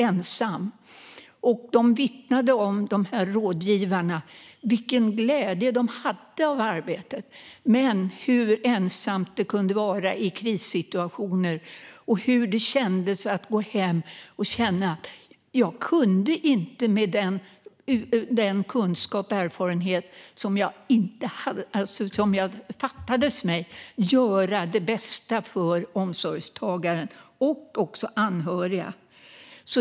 Rådgivarna vittnade om vilken glädje de hade av arbetet men hur ensamt det kunde vara i krissituationer och hur det kändes att gå hem och känna att de inte, eftersom de saknade kunskap och erfarenhet, kunde göra det bästa för omsorgstagaren och de anhöriga.